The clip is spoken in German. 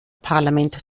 parlament